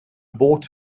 bought